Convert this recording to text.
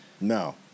No